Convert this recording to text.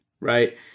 right